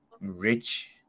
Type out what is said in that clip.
rich